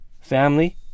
family